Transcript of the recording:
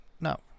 no